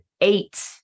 eight